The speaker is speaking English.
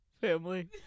Family